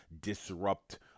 disrupt